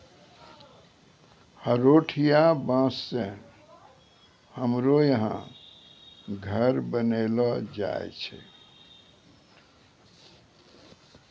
हरोठिया बाँस से हमरो यहा घर बनैलो जाय छै